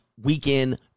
weekend